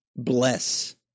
Bless